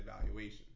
evaluation